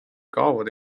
kaovad